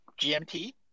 GMT